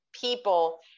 people